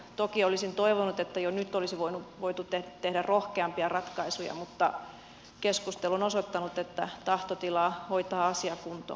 toki olisin toivonut että jo nyt olisi voitu tehdä rohkeampia ratkaisuja mutta keskustelu on osoittanut että tahtotilaa hoitaa asia kuntoon kyllä löytyy